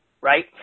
Right